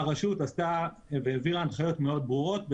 עשתה והעבירה הנחיות מאוד ברורות.